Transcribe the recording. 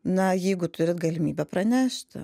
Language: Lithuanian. na jeigu turit galimybę pranešti